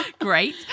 great